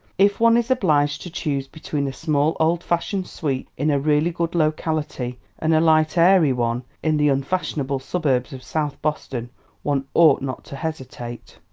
if one is obliged to choose between a small, old-fashioned suite in a really good locality and a light airy one in the unfashionable suburbs of south boston one ought not to hesitate.